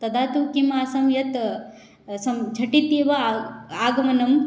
तदा तु किम् आसं यत् सं झटित्येव आगमनं